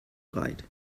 breit